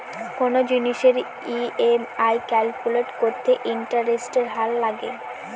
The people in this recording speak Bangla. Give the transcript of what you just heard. কোনো জিনিসের ই.এম.আই ক্যালকুলেট করতে ইন্টারেস্টের হার লাগে